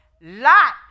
Lot